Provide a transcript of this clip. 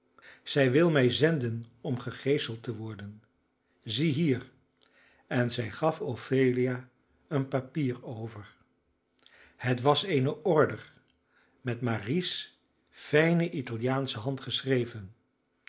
zij wil mij zenden om gegeeseld te worden zie hier en zij gaf ophelia een papier over het was eene order met maries fijne italiaansche hand geschreven